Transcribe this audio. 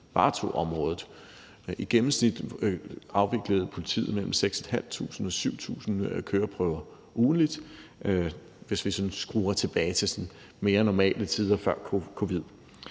I gennemsnit afviklede politiet mellem 6.500 og 7.000 køreprøver ugentlig, hvis vi skruer tilbage til mere normale tider før covid.